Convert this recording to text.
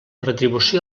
retribució